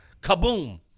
kaboom